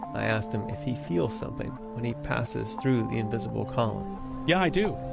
i asked him if he feels something when he passes through the invisible column yeah, i do.